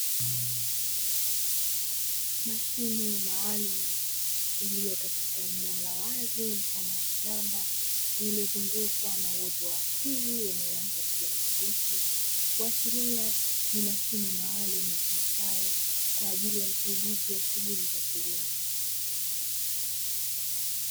Mashine maalumu iliyo katika eneo la wazi mfano wa shamba lililozungukwa na uoto wa asili wenye rangi ya kijani kibichi kuashiria ni mashine maalumu itumikayo kwa ajili ya usaidizi wa shughuli za kilimo.